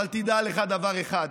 אבל תדע לך דבר אחד: